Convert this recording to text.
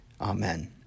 Amen